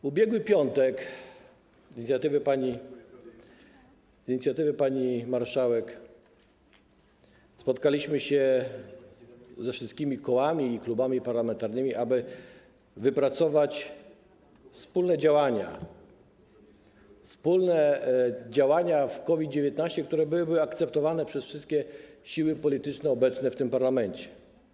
W ubiegły piątek z inicjatywy pani marszałek spotkaliśmy się ze wszystkimi kołami i klubami parlamentarnymi, aby wypracować wspólne działania, wspólne działania w związku z COVID-19, które byłyby akceptowane przez wszystkie siły polityczne obecne w tym parlamencie.